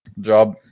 Job